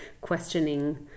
questioning